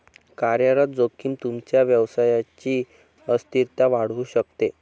कार्यरत जोखीम तुमच्या व्यवसायची अस्थिरता वाढवू शकते